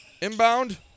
Inbound